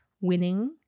winning